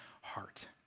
heart